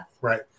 Right